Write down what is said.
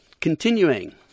continuing